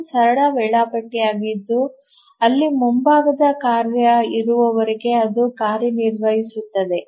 ಇದು ಸರಳ ವೇಳಾಪಟ್ಟಿಯಾಗಿದ್ದು ಅಲ್ಲಿ ಮುಂಭಾಗದ ಕಾರ್ಯ ಇರುವವರೆಗೆ ಅದು ಕಾರ್ಯನಿರ್ವಹಿಸುತ್ತದೆ